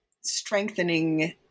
strengthening